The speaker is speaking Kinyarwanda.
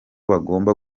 bagomba